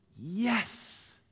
yes